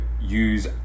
use